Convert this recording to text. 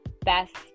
best